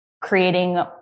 creating